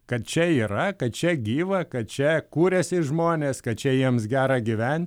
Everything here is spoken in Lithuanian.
kad čia yra kad čia gyva kad čia kuriasi žmonės kad čia jiems gera gyventi